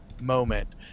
moment